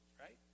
right